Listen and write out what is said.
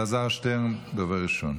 אלעזר ראשון, דובר ראשון,